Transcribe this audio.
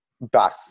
back